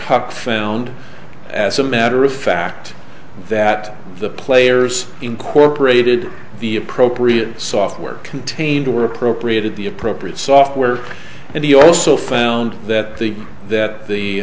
huck found as a matter of fact that the players incorporated the appropriate software contained or appropriated the appropriate software and he also found that the that the